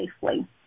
safely